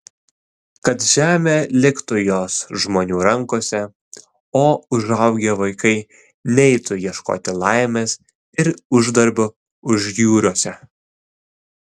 kad žemė liktų jos žmonių rankose o užaugę vaikai neitų ieškoti laimės ir uždarbio užjūriuose